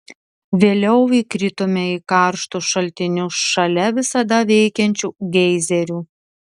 vėliau įkritome į karštus šaltinius šalia visada veikiančių geizerių